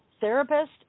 therapist